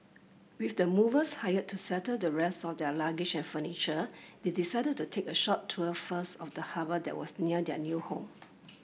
with the movers hired to settle the rest of their luggage and furniture they decided to take a short tour first of the harbour that was near their new home